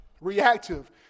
Reactive